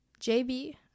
JB